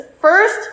First